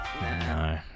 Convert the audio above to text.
no